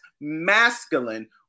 masculine